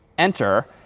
enter.